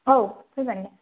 औ फैगोन दे